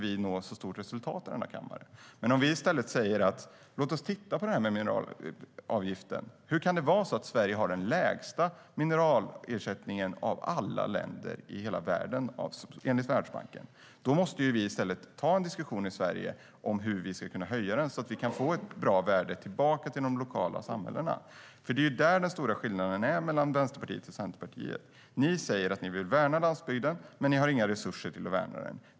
Vi kan i stället säga att vi ska titta på det här med mineralavgiften och fundera på varför Sverige har den lägsta mineralersättningen av alla länder i hela världen enligt Världsbanken. Vi måste ta en diskussion i Sverige om hur vi ska kunna höja ersättningen så att ett bra värde kan gå tillbaka till de lokala samhällena. Det är där den stora skillnaden mellan Vänsterpartiet och Centerpartiet ligger. Ni i Centerpartiet säger att ni vill värna landsbygden, men ni har inga resurser till att värna den.